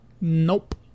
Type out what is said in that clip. Nope